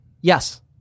Yes